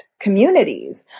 communities